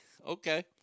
Okay